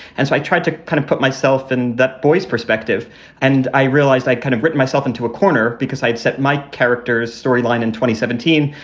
and so i tried to kind of put myself in that boy's perspective and i realized i had kind of written myself into a corner because i had set my character's storyline in twenty seventeen.